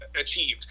achieved